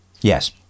Yes